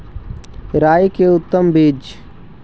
राई के उतम बिज?